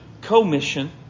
commission